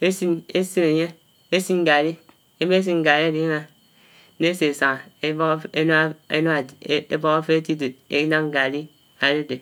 ésin ésin ényé, ésin garri émésin garri àdi imà, né ésé sángá ébók áféré ébók áféré átidót énám garri ádédé.